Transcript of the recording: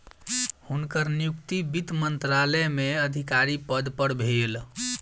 हुनकर नियुक्ति वित्त मंत्रालय में अधिकारी पद पर भेल